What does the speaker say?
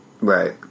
Right